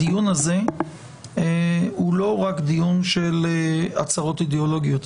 הדיון הזה הוא לא רק דיון של הצהרות אידיאולוגיות,